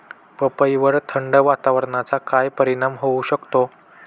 पपईवर थंड वातावरणाचा काय परिणाम होऊ शकतो?